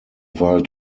wahl